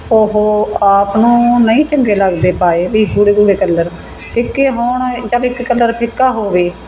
ਉਹ ਆਪ ਨੂੰ ਨਹੀਂ ਚੰਗੇ ਲੱਗਦੇ ਪਾਏ ਵੀ ਗੂੜ੍ਹੇ ਗੂੜ੍ਹੇ ਕਲਰ ਫਿੱਕੇ ਹੋਣ ਚਲ ਇੱਕ ਕਲਰ ਫਿੱਕਾ ਹੋਵੇ